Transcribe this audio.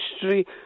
history